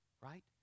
right